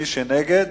מי שנגד,